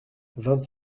vingt